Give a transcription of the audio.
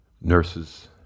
Nurses